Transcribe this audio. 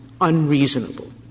unreasonable